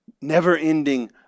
never-ending